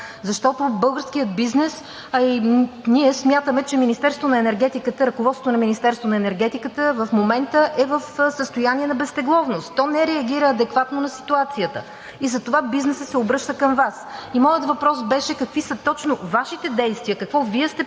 защото българският бизнес, а и ние смятаме, че ръководството на Министерството на енергетиката в момента е в състояние на безтегловност – то не реагира адекватно на ситуацията, и затова бизнесът са обръща към Вас. Моят въпрос беше: какви точно са Вашите действия, какво Вие сте предприел